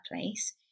place